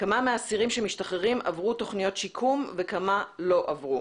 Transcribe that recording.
כמה מהאסירים עברו תוכניות שיקום וכמה לא עברו.